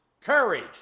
courage